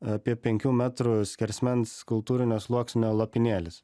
apie penkių metrų skersmens kultūrinio sluoksnio lopinėlis